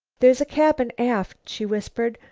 there's a cabin aft, she whispered,